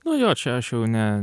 nuo jo čia aš jau ne